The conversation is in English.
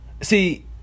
see